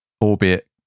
albeit